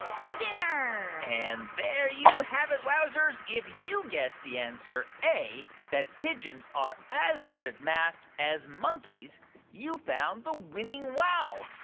for dinner and there you have it, wowzers. if you guessed the answer a that pigeons are as good at math as monkeys you found the winning wow.